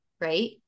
Right